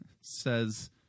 says